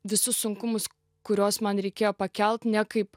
visus sunkumus kuriuos man reikėjo pakelt ne kaip